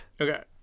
Okay